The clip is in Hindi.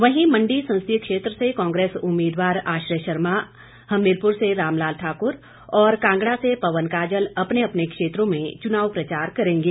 वहीं मंडी संसदीय क्षेत्र से कांग्रेस उम्मीदवार आश्रय शर्मा हमीरपुर से रामलाल ठाक्र और कांगड़ा से पवन काजल अपने अपने क्षेत्रों में चुनाव प्रचार करेंगें